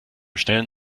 schnellen